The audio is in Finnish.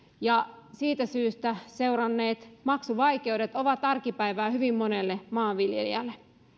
ja siitä syystä seuranneet maksuvaikeudet ovat arkipäivää hyvin monelle maanviljelijälle